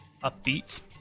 upbeat